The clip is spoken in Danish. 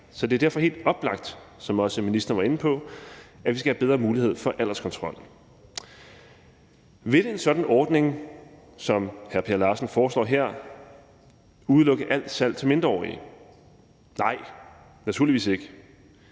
så det er derfor helt oplagt, som også ministeren var inde på, at vi skal have bedre mulighed for alderskontrol. Vil en sådan ordning, som hr. Per Larsen foreslår her, udelukke alt salg til mindreårige? Nej, naturligvis ikke,